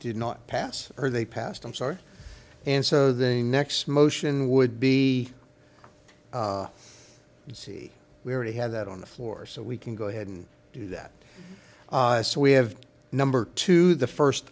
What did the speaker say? did not pass or they passed i'm sorry and so they next motion would be to see we already have that on the floor so we can go ahead and do that so we have number two the first